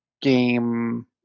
game